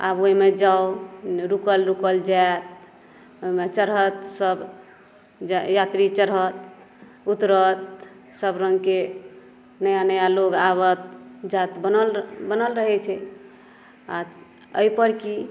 आब ओहिमे जाऊ रूकल रूकल जायत ओहिमे चढ़त सभ यात्री चढ़त उतरत सभरंगके नया नया लोक आयत यात्री बनल रहै छै आ एहि पर की